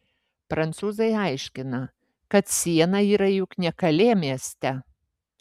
prancūzai aiškina kad siena yra juk ne kalė mieste